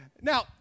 Now